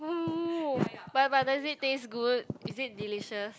uh but but does it taste good is it delicious